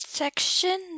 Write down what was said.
Section